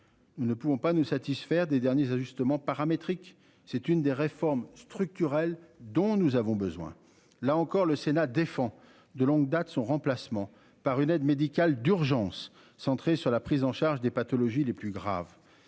Nous ne pouvons pas nous satisfaire des derniers ajustements paramétrique. C'est une des réformes structurelles dont nous avons besoin, là encore, le Sénat défend de longue date son remplacement par une aide médicale d'urgence, centré sur la prise en charge des pathologies les plus graves.